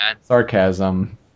sarcasm